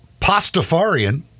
Pastafarian